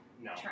No